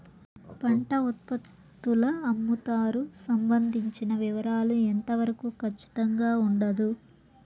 పంట ఉత్పత్తుల అమ్ముతారు సంబంధించిన వివరాలు ఎంత వరకు ఖచ్చితంగా ఉండదు?